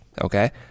okay